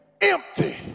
empty